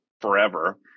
forever